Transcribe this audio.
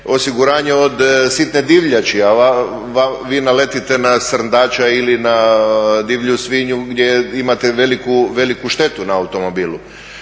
osiguranje od sitne divljači. A vi naletite na srndača ili na divlju svinju gdje imate veliku štetu na automobilu.